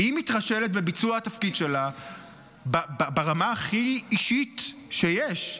היא מתרשלת בביצוע התפקיד שלה ברמה הכי אישית שיש.